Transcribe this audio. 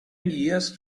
years